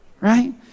Right